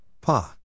Pa